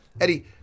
Eddie